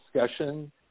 discussion